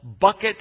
bucket